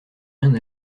rien